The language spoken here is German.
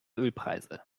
ölpreise